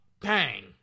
Bang